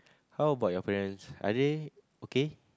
how about your parents are they okay